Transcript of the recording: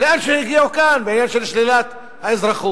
לאן שהגיעו כאן בעניין של שלילת האזרחות.